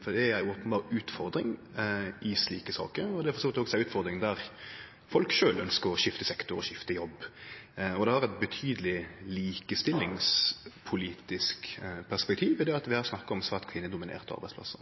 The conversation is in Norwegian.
for det er ei openberr utfordring i slike saker, og det er for så vidt også ei utfordring der folk sjølve ønskjer å skifte sektor og skifte jobb. Det er eit betydeleg likestillingspolitisk perspektiv i det vi har snakka om, svært kvinnedominerte arbeidsplassar.